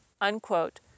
unquote